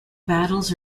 battles